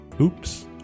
Oops